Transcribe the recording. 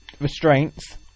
restraints